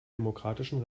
demokratischen